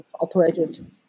operated